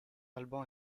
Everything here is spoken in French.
alban